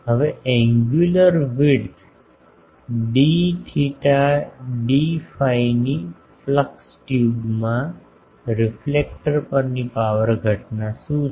હવે angular width d theta d ફાઇની flux ટ્યુબમાં રિફલેક્ટર પરની પાવર ઘટના શું છે